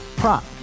prop